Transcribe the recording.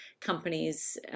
companies